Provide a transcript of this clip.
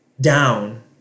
down